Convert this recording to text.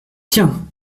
tiens